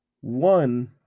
one